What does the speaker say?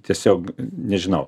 tiesiog nežinau